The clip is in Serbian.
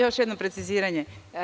Još jedno preciziranje.